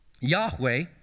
Yahweh